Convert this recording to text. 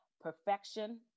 perfection